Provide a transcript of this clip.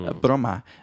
broma